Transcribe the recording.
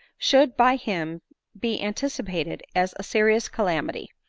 should by him be anticipated as a serious calamity.